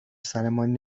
سرمان